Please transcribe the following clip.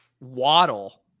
Waddle